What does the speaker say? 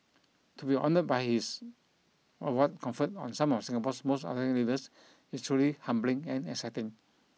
to be honoured by his award conferred on some of Singapore's most outstanding leaders is truly humbling and exciting